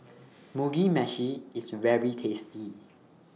Mugi Meshi IS very tasty